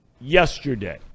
yesterday